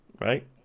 right